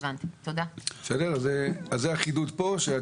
זה החידוד כאן.